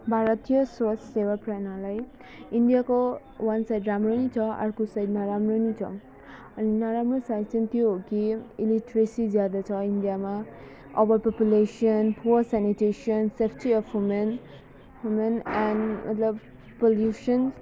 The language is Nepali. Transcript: भारतीय स्वास्थ्य सेवा प्रणाली इन्डियाको वान साइड राम्रो पनि छ अर्को साइड नराम्रो पनि छ अनि नराम्रो साइड चाहिँ त्यो हो कि इलिट्रेसी ज्यादा छ इन्डियामा over population poor sanitation safety of human human and मतलब पल्युसन